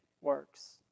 works